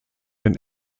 den